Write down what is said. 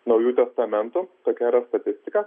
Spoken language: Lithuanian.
naujų testamentų tokia yra statistika